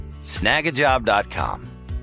snagajob.com